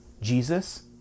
Jesus